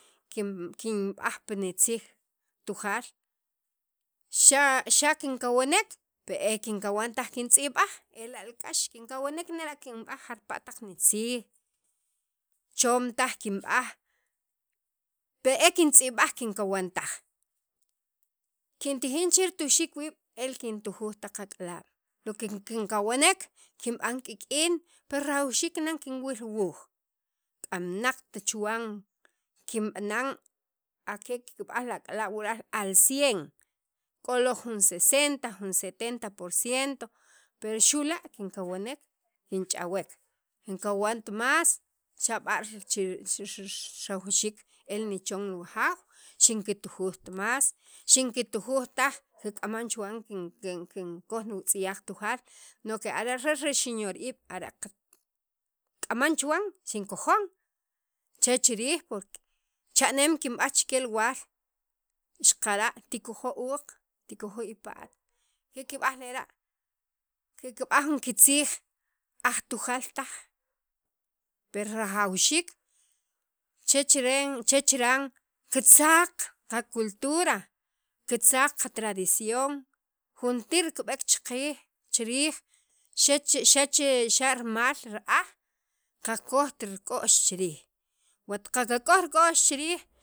kin kinb'aj pi nitziij tujaal xa' xa' kinkawnek pe e kinkawan taj kintz'ib'aj ela' k'ax kinkawnwek nera' jarpa' taq nitziij chom taj kinb'aj pe e kintz'ib'aj kinkawantaj kintijin che nitujuxiik wii' e kintujuj taq ak'alaab' lo que kinkawnek kinb'an kik'in per rajawxiik nan kinwil wuuj k'amanaqt chuwan kinb'an ake kinb'aj li ak'alaab' wuraal al cien k'o lo jun sesenta jun setenta por ciento per xu' la' kinkawnek kinch'awak kinkawant más xa b'a' x xin rajawxiik el nichon wajaaw xinkitujujt más xinkitujuj taj kik'aman chuwan kin kinkoj wutz'yaq tujaal sino el re xeyor iib' ara' ka k'aman chuwan xinkojon che chiriij por que cha'neem kinb'aj chek waal xaqara' tikojo' uuq tikojo' ipa't kikib'aj lera' kikb'aj jun kitziij aj tujaal taj per rajawxiik chech chiren ch chiran kitzaq qacultura kitzaq qatradición juntir kib'ek chaqiij chiriij xa' rimal ra'aj qakojt rik'ox chi riij wat qakoj rik'o'x chi riij